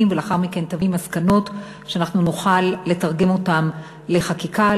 ולאחר מכן תביא מסקנות שאנחנו נוכל לתרגם אותן לחקיקה,